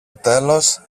τέλος